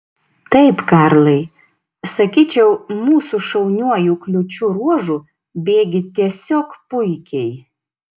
taip karlai sakyčiau mūsų šauniuoju kliūčių ruožu bėgi tiesiog puikiai